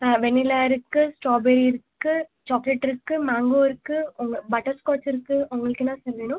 ஆ vanilla இருக்கு strawberry இருக்கு chocolate இருக்கு மேங்கோ இருக்கு உங்கள் பட்டர் ஸ்காட்ச் இருக்கு உங்களுக்கு என்ன சார் வேணும்